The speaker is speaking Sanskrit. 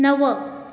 नव